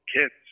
kids